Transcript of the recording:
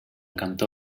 cantó